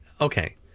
Okay